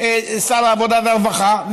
שר העבודה והרווחה,